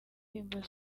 indirimbo